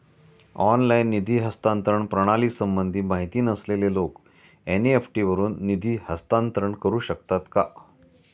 Online निधी हस्तांतरण प्रणालीसंबंधी माहिती नसलेले लोक एन.इ.एफ.टी वरून निधी हस्तांतरण करू शकतात का?